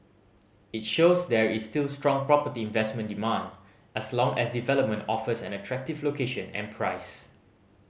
it shows there is still strong property investment demand as long as a development offers an attractive location and price